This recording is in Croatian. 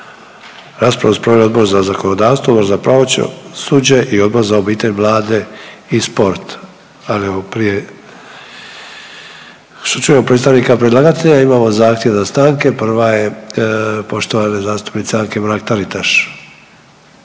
Raspravu su proveli Odbor za zakonodavstvo, Odbor za pravosuđe i Odbor za obitelj, mlade i sport. Ali imamo prije nego što čujemo predstavnika predlagatelja imamo zahtjev za stanke, prva je poštovane zastupnice Anke Mrak Taritaš.